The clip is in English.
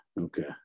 okay